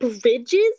Bridges